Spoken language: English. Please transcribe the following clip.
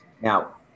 Now